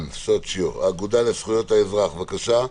האגודה לזכויות האזרח, בבקשה.